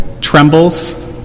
trembles